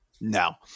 No